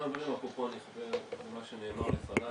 אני מתחבר למה שנאמר לפניי.